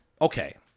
Okay